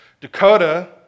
Dakota